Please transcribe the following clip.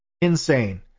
Insane